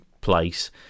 place